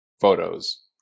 photos